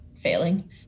failing